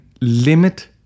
limit